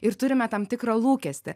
ir turime tam tikrą lūkestį